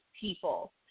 people